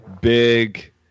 big